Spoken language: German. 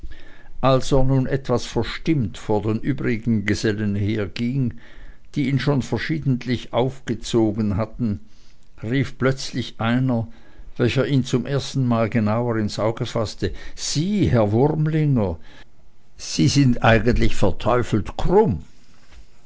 als er nun etwas verstimmt vor den übrigen gesellen herging die ihn schon verschiedentlich aufgezogen hatten rief plötzlich einer welcher ihn zum ersten mal genauer ins auge faßte sie herr wurmlinger sie sind eigentlich verteufelt krumm